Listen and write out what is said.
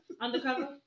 undercover